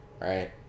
right